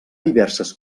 diverses